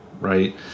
Right